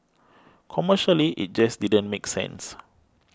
commercially it just didn't make sense